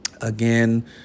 Again